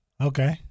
Okay